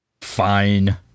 Fine